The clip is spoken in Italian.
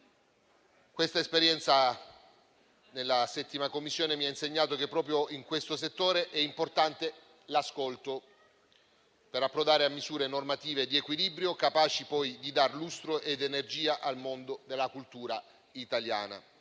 L'esperienza maturata nella 7a Commissione mi ha insegnato che proprio in questo settore è importante l'ascolto, per approdare a misure normative di equilibrio capaci poi di dar lustro ed energia al mondo della cultura italiana.